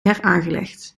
heraangelegd